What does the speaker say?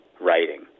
writing